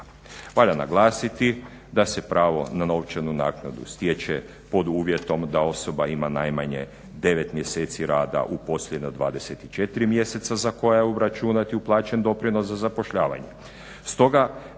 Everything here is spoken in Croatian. Valja naglasiti da se pravo na novčanu naknadu stječe pod uvjetom da osoba ima najmanje 9 mjeseci rada u posljednja 24 mjeseca za koja je obračunat i uplaćen doprinos za zapošljavanje.